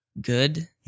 good